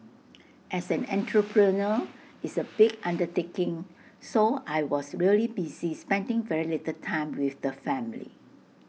as an entrepreneur it's A big undertaking so I was really busy spending very little time with the family